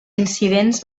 incidents